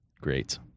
Great